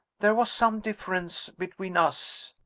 there was some difference between us.